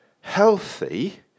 healthy